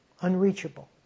unreachable